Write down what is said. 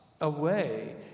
away